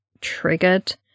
triggered